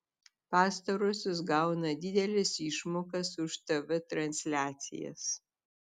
pastarosios gauna dideles išmokas už tv transliacijas